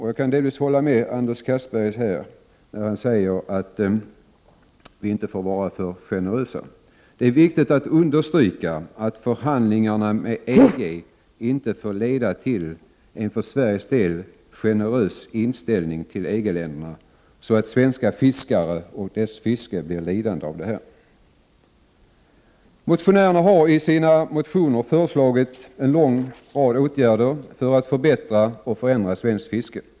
Jag håller med Anders Castberger om att det därför är viktigt att understryka att förhandlingarna med EG inte får leda till en för generös inställning till EG-länderna, så att svenska fiskare och deras fiske blir lidande av detta. Motionärerna har i sina motioner föreslagit en lång rad åtgärder för att förbättra och förändra svenskt fiske.